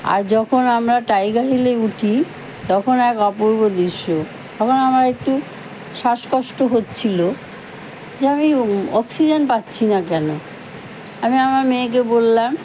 আর যখন আমরা টাইগার হিলে উঠি তখন এক অপূর্ব দৃশ্য তখন আমার একটু শ্বাসকষ্ট হচ্ছিলো যে আমি অক্সিজেন পাচ্ছি না কেন আমি আমার মেয়েকে বললাম